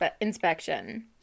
inspection